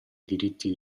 diritti